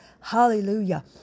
hallelujah